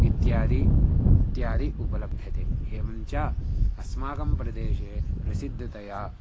इत्यादि इत्यादि उपलभ्यते एवञ्च अस्माकं प्रदेशे प्रसिद्धतया